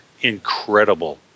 incredible